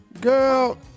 Girl